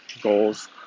goals